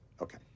Okay